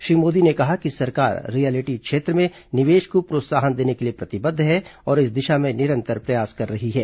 श्री मोदी ने कहा कि सरकार रीयलिटी क्षेत्र में निवेश को प्रोत्साहन देने के लिए प्रतिबद्ध है और इस दिशा में निरंतर प्रयास कर रही है